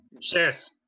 Cheers